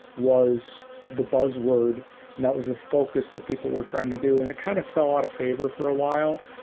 was the buzz word, and that was the focus that people were trying to do. and it kind of fell out of favor for a while,